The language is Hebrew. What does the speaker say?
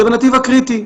זה בנתיב הקריטי.